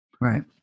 Right